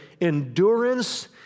Endurance